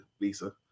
Lisa